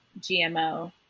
GMO